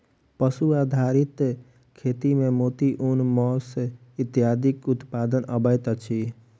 पशु आधारित खेती मे मोती, ऊन, मौस इत्यादिक उत्पादन अबैत अछि